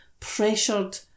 pressured